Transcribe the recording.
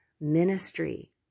ministry